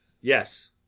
Yes